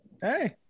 Hey